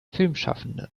filmschaffenden